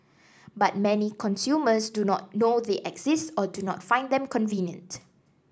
but many consumers do not know they exist or do not find them convenient